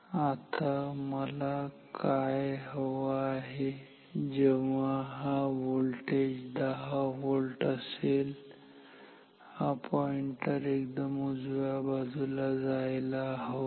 आता मला काय हवं आहे जेव्हा हा व्होल्टेज 10 व्होल्ट असेल हा पॉईंटर एकदम उजव्या बाजूला जायला हवा